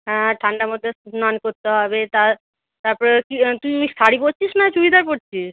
হ্যাঁ আর ঠান্ডার মধ্যে স্নান করতে হবে তার তারপরে তুই শাড়ি পরছিস না চুড়িদার পরছিস